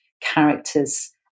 characters